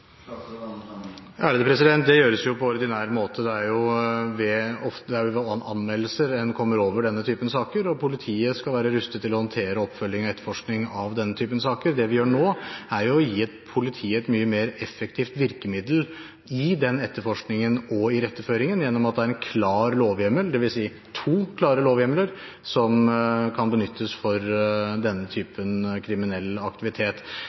Det gjøres på ordinær måte. Det er ved anmeldelser en kommer over denne typen saker, og politiet skal være rustet til å håndtere oppfølging og etterforskning av denne typen saker. Det vi gjør nå, er å gi politiet et mye mer effektivt virkemiddel i etterforskningen og iretteføringen ved at det er en klar lovhjemmel, dvs. to klare lovhjemler, som kan benyttes for denne typen kriminell aktivitet.